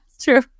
true